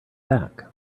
back